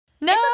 No